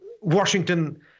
Washington